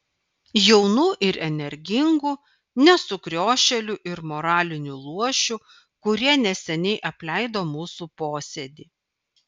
jaunų ir energingų ne sukriošėlių ir moralinių luošių kurie neseniai apleido mūsų posėdį